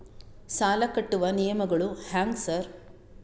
ಸಾಲ ಕಟ್ಟುವ ನಿಯಮಗಳು ಹ್ಯಾಂಗ್ ಸಾರ್?